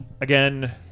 again